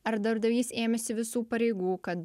ar darbdavys ėmėsi visų pareigų kad